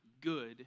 good